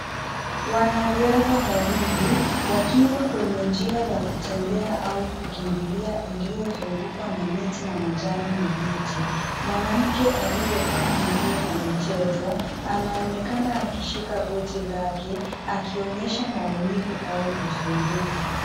Wanariadha wawili wakiwa kwenye njia ya kutembea au kukimbilia iliyozungukwa na miti na majani mabichi. Mwanamke aliyevaa nguo za michezo, anaonekana akishika goti lake akionyesha maumivu au usumbufu.